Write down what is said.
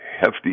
hefty